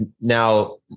now